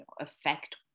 affect